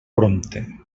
prompte